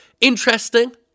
interesting